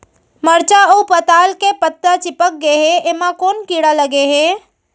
मरचा अऊ पताल के पत्ता चिपक गे हे, एमा कोन कीड़ा लगे है?